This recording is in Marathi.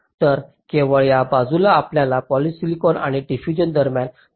तर केवळ या बाजूला आपल्याला पॉलिसिलॉन आणि डिफ्यूजन दरम्यान संपर्क आवश्यक आहे